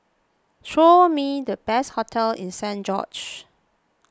show me the best hotel in Saint George's